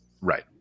Right